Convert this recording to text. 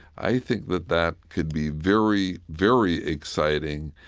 i think that that could be very, very exciting.